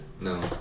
No